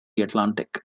atlantic